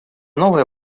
новое